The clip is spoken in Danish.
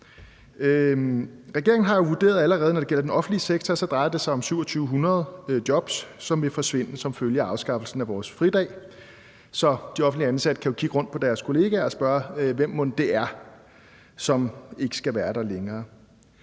Regeringen har jo allerede vurderet, at når det gælder den offentlige sektor, drejer det sig om 2.700 jobs, som vil forsvinde som følge af afskaffelsen af vores fridag. Så de offentligt ansatte kan jo kigge rundt på deres kollegaer og spørge: Hvem mon det er, som ikke skal være her længere?